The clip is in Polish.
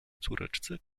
córeczce